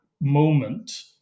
moment